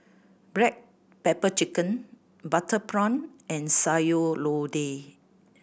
black pepper chicken butter prawn and Sayur Lodeh